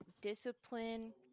discipline